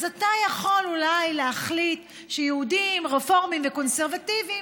אז אתה יכול אולי להחליט שיהודים רפורמים וקונסרבטיבים,